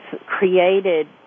created